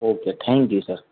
okay thank you sir